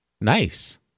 Nice